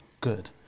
good